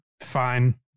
fine